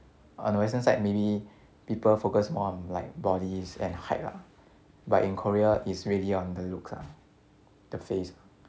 on the western side maybe people focus more on like bodies and height lah but in korea is really on the looks ah the face